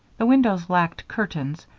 the windows lacked curtains,